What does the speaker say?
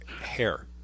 hair